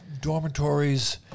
Dormitories